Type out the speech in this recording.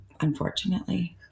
Unfortunately